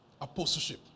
apostleship